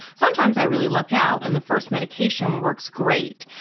sometimes i really luck out and the first medication works great.